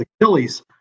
Achilles